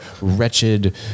wretched